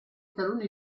taluni